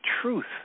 truth